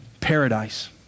paradise